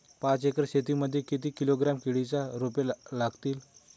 पाच एकर शेती मध्ये किती किलोग्रॅम केळीची रोपे लागतील?